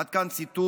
עד כאן ציטוט